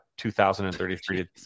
2033